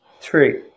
three